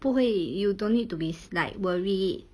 不会 you don't need to be s~ like worry